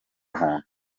muntu